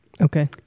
Okay